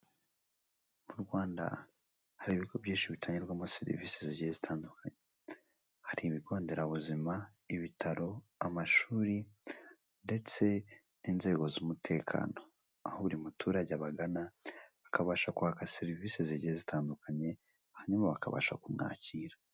Mu Rwanda hari ibigo byinshi bitangirwamo serivisi zigiye zitandukanye, hari ibigonderabuzima, ibitaro, amashuri ndetse n'inzego z'umutekano, aho buri muturage abagana akabasha kwaka serivisi zigiye zitandukanye hanyuma bakabasha kumwakira.